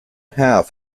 half